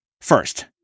First